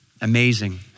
Amazing